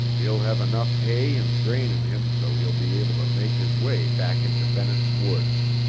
he'll have enough hay and grain in him so he'll be able to make his way back into bennett's woods.